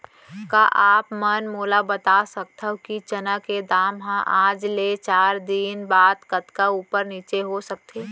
का आप मन मोला बता सकथव कि चना के दाम हा आज ले चार दिन बाद कतका ऊपर नीचे हो सकथे?